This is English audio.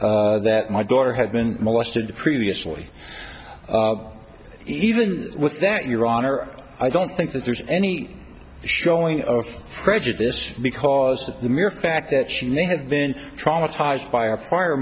trial that my daughter had been molested previously even with that your honor i don't think that there's any showing of prejudice because of the mere fact that she may have been traumatized by